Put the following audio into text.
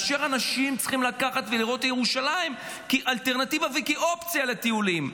ואנשים צריכים לקחת ולראות את ירושלים כאלטרנטיבה וכאופציה לטיולים.